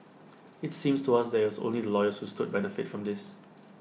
IT seems to us that IT was only the lawyers who stood benefit from this